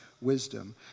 wisdom